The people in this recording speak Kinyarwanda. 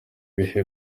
bihe